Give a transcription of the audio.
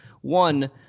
One